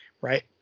right